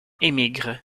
émigrent